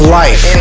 life